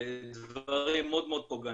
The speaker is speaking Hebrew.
--- מאוד פוגעניים.